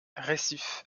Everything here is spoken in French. récif